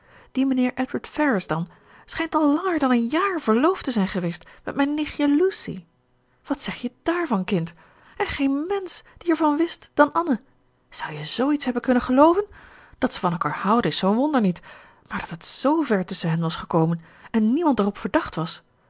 die mijnheer edward ferrars dan schijnt al langer dan een jaar verloofd te zijn geweest met mijn nichtje lucy wat zeg je dààrvan kind en geen mensch die er van wist dan anne zou je zooiets hebben kunnen gelooven dat ze van elkaar houden is zoo'n wonder niet maar dat het zver tusschen hen was gekomen en niemand er op verdacht was